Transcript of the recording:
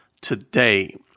today